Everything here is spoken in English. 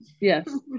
yes